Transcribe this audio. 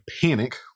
panic